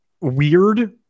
weird